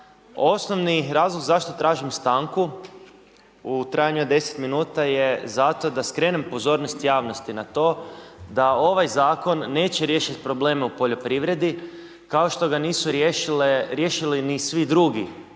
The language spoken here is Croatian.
osnovni razlog zašto tražim stanku u trajanju od 10 min. je zato da skrenem pozornost javnosti na to, da ovaj zakon, neće riješiti probleme u poljoprivredi, kao što ga nisu riješili i svi drugi